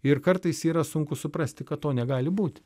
ir kartais yra sunku suprasti kad to negali būti